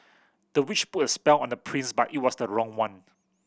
the witch put a spell on the prince but it was the wrong one